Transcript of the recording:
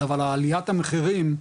אבל עליית המחירים,